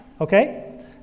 okay